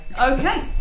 Okay